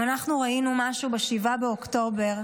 אם ראינו משהו ב-7 באוקטובר,